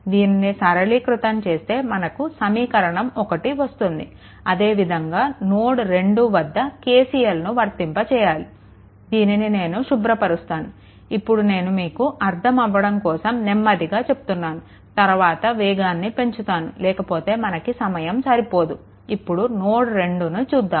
దీనిని సరళీకృతం చేస్తే మనకు సమీకరణం 1 వస్తుంది అదే విధంగా నోడ్2 వద్ద KCLను వర్తింప చేయాలి దీనిని నేను శుభ్రపరుస్తాను ఇప్పుడు నేను మీకు అర్థం అవ్వడం కోసం నెమ్మదిగా చెబుతున్నాను తరువాత వేగాన్ని పెంచుతాను లేకపోతే మనకు సమయం సరిపోదు ఇప్పుడు నోడ్2 చూద్దాము